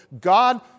God